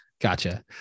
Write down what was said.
Gotcha